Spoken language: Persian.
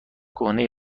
کهنه